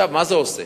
מה זה עושה?